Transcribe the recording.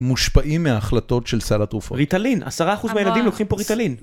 מושפעים מההחלטות של שר התרופה. ריטלין, 10% מהילדים לוקחים פה ריטלין.